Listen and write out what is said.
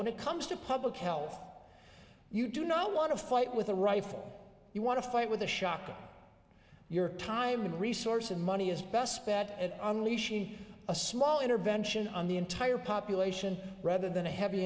when it comes to public health you do not want to fight with a rifle you want to fight with the shock of your time and resources money is best bet unleashing a small intervention on the entire population rather than a heavy